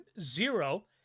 zero